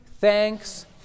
thanks